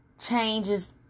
changes